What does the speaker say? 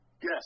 Yes